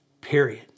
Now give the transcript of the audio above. period